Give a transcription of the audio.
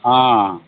ಹಾಂ